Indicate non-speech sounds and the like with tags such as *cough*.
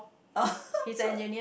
oh *laughs*